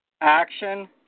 action